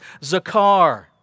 zakar